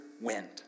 wind